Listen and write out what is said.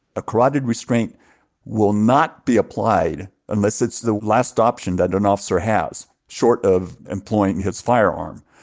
a carotid restraint will not be applied unless it's the last option that an officer has short of employing his firearm.